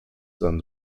and